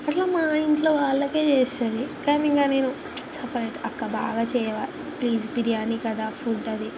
అట్లా మా ఇంట్లో వాళ్ళకే చేస్తుంది కానీ ఇంక నేను సెపరేట్ అక్క బాగా చేయవా ప్లీజ్ బిర్యానీ కదా ఫుడ్ అది